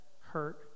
hurt